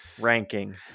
ranking